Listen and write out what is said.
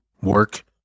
work